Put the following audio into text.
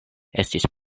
estis